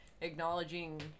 acknowledging